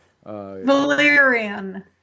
Valerian